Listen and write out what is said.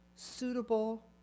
suitable